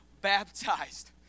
baptized